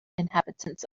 inhabitants